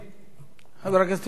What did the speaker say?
חבר הכנסת יואל חסון, מה?